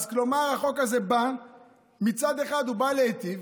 אז, כלומר, מצד אחד החוק בא להיטיב,